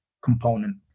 component